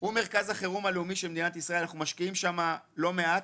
הוא מרכז החירום של מדינת ישראל ואנחנו משקיעים שם לא מעט,